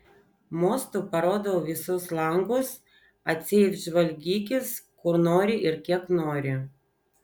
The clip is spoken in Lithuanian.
mostu parodau visus langus atseit žvalgykis kur nori ir kiek nori